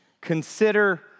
Consider